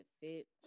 fit